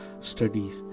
studies